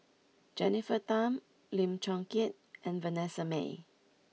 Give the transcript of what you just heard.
Jennifer Tham Lim Chong Keat and Vanessa Mae